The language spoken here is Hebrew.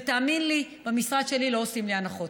ותאמין לי, במשרד שלי לא עושים לי הנחות.